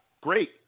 great